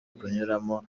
kunyuramo